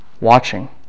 Watching